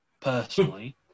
personally